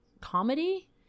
comedy